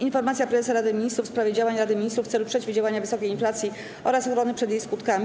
Informacja Prezesa Rady Ministrów w sprawie działań Rady Ministrów w celu przeciwdziałania wysokiej inflacji oraz ochrony przed jej skutkami,